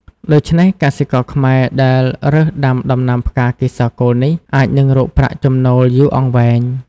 ដូច្នេះ កសិករខ្មែរដែលរើសដំាដំណាំផ្កាកេសរកូលនេះ អាចនឹងរកប្រាក់ចំណូលយូរអង្វែង។